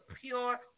pure